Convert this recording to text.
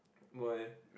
why